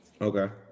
Okay